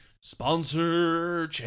sponsor